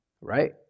right